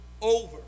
over